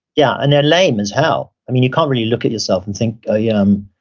yeah. and they're lame as hell. you can't really look at yourself and think, ah yeah, um